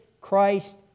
Christ